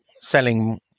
selling